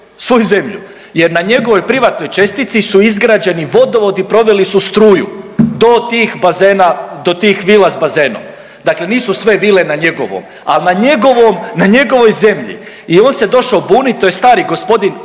svoju zemlju jer na njegovoj privatnoj čestici su izgrađeni vodovod i proveli su struju do tih bazena, do tih vila s bazenom. Dakle nisu sve vile na njegovom, ali na njegovom, na njegovoj zemlji i on se došao buniti, to je stari gospodin